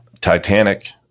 Titanic